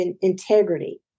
integrity